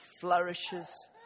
flourishes